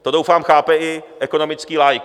To doufám, chápe i ekonomický laik.